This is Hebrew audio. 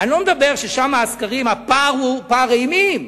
אני לא מדבר על זה ששם בסקרים הפער הוא פער אימים,